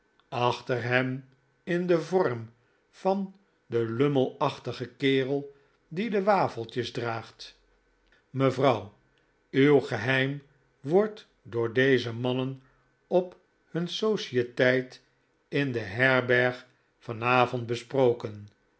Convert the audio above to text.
achter hem in den vorm van den lummelachtigen kerel die de wafeltjes draagt mevrouw uw geheim wordt door deze mannen op hun societeit in de herberg vanavond besproken